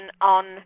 on